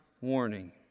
warning